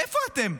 איפה אתם?